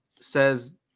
says